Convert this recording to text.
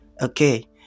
Okay